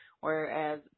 whereas